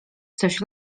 coś